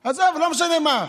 עזוב, לא משנה מה.